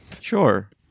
Sure